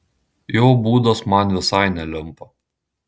jo būdas man visai nelimpa